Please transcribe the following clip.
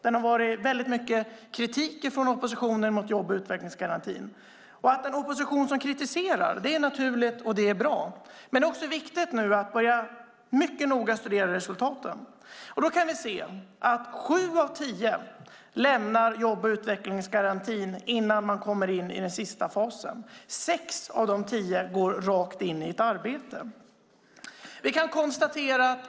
Det har varit mycket kritik från oppositionen mot jobb och utvecklingsgarantin. Att en opposition kritiserar är naturligt och bra. Men det är viktigt att noga studera resultaten. Vi kan se att sju av tio lämnar jobb och utvecklingsgarantin innan man kommer in i den sista fasen. Sex av de tio går rakt in i ett arbete.